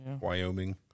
Wyoming